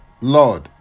Lord